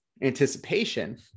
anticipation